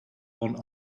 one